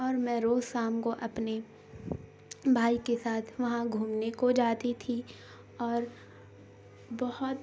اور میں روز سام کو اپنے بھائی کے ساتھ وہاں گھومنے کو جاتی تھی اور بہت